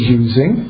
using